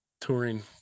touring